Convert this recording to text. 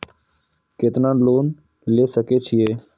केतना लोन ले सके छीये?